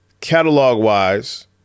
catalog-wise